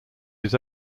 his